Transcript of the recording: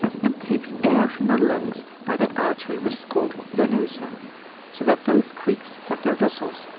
and takes air from the lungs by that artery which is called venosa so that both creeks have their vessels,